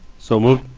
so moved.